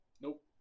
Nope